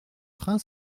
train